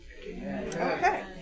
Okay